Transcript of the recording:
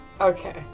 Okay